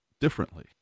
differently